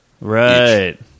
Right